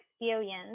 experience